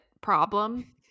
problem